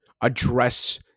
address